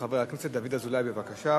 ראשון הדוברים, חבר הכנסת דוד אזולאי, בבקשה.